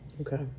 Okay